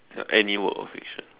ya any work of fiction